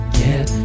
get